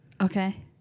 Okay